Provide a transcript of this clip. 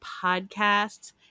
podcasts